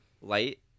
light